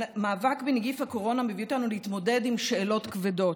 המאבק בנגיף הקורונה מביא אותנו להתמודד עם שאלות כבדות: